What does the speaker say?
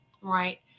right